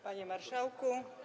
Panie Marszałku!